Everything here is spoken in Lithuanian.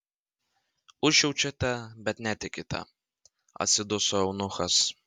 užjaučiate bet netikite atsiduso eunuchas